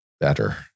better